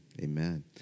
amen